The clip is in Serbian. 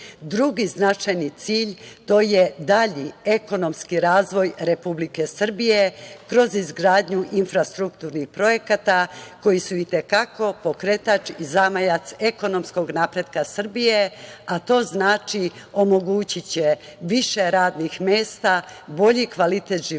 svet. Drugi značajni cilj, to je dalji ekonomski razvoj Republike Srbije kroz izgradnju infrastrukturnih projekata koji su i te kako pokretač i zamajac ekonomskog napretka Srbije, a to znači omogući će više radnih mesta, bolji kvalitet života